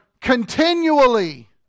continually